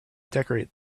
decorate